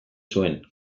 zuen